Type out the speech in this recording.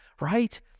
right